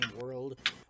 world